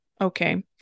Okay